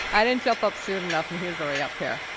i didn't jump up soon enough, and he was already up here.